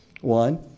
One